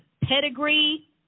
Pedigree